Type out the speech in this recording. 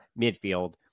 midfield